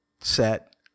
set